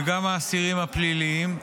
וגם האסירים הפליליים.